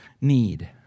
need